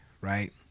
Right